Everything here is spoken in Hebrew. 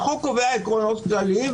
החוק קובע עקרונות כללים,